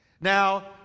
Now